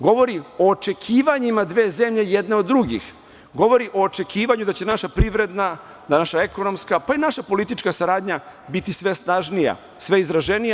Govori o očekivanjima dve zemlje, jedne od drugih, govori o očekivanju da će naša privredna, ekonomska, pa i politička saradnja biti sve snažnija, sve izraženija.